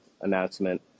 announcement